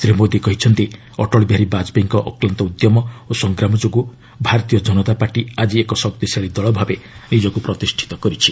ଶ୍ରୀ ମୋଦି କହିଛନ୍ତି ଅଟଳବିହାରୀ ବାଜପେୟୀଙ୍କ ଅକ୍ସାନ୍ତ ଉଦ୍ୟମ ଓ ସଂଗ୍ରାମ ଯୋଗୁଁ ଭାରତୀୟ ଜନତାପାର୍ଟି ଆଜି ଏକ ଶକ୍ତିଶାଳୀ ଦଳ ଭାବେ ନିଜକୁ ପ୍ରତିଷ୍ଠିତ କରିଛି